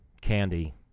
candy